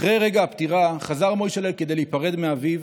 אחרי רגע הפטירה חזר מוישל'ה כדי להיפרד מאביו,